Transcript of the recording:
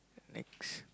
next